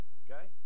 okay